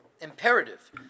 imperative